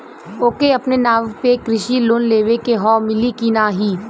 ओके अपने नाव पे कृषि लोन लेवे के हव मिली की ना ही?